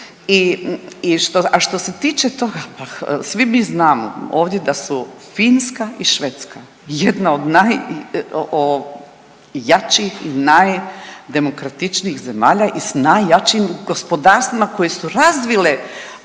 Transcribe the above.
a što se tiče toga, pa svi mi znamo ovdje da su Finska i Švedska jedna od najjačih i najdemokratičnijih zemalja i s najjačim gospodarstvima koji su razvile